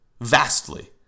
Vastly